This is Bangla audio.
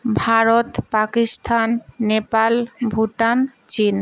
ভারত পাকিস্থান নেপাল ভুটান চীন